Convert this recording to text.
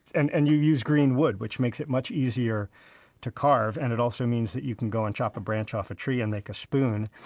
and and you use green wood, which makes it much easier to carve. and it also means that you can go and chop a branch off a tree and make a spoon,